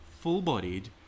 full-bodied